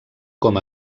com